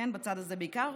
בצד הזה בעיקר,